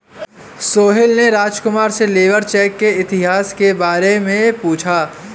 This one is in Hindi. सोहेल ने राजकुमार से लेबर चेक के इतिहास के बारे में पूछा